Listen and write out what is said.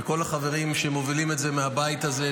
ואת כל החברים שמובילים את זה מהבית הזה,